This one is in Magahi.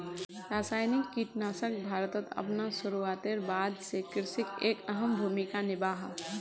रासायनिक कीटनाशक भारतोत अपना शुरुआतेर बाद से कृषित एक अहम भूमिका निभा हा